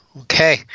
okay